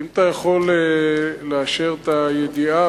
האם אתה יכול לאשר את הידיעה?